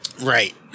Right